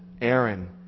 Aaron